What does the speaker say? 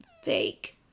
fake